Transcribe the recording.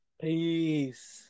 Peace